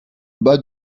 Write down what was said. bas